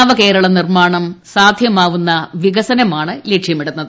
നവകേരള നിർമ്മാണം സാധ്യമാവുന്ന വികസനമാണ് ലക്ഷ്യമിടുന്നത്